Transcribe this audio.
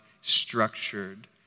structured